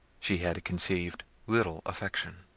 she had conceived little affection.